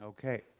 Okay